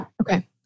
Okay